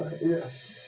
Yes